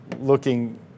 looking